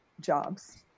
jobs